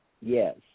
yes